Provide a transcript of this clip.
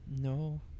No